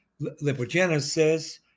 lipogenesis